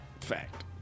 Fact